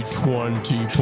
twenty